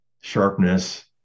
Sharpness